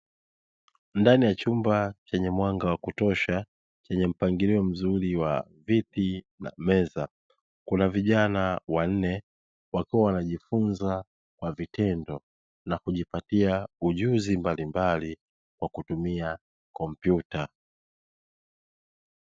Ndani ya chumba chenye mwanga wa kutosha chenye mpangilio mzuri wa viti na meza, kuna vijana wanne wakiwa wanajifunza kwa vitendo na kujipatia ujuzi mbalimbali kwa kutumia kompyuta.